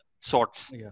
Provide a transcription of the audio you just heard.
sorts